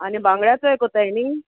आनी बांगड्याचो एक कोत्ताय न्ही